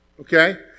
okay